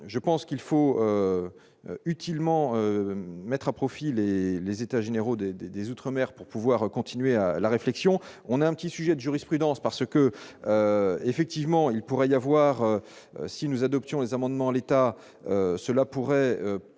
je pense qu'il faut utilement mettre à profit les états généraux des des des outre-mer pour pouvoir continuer à la réflexion, on a un petit sujet de jurisprudence parce que effectivement il pourrait y avoir si nous adoptions les amendements, l'État, cela pourrait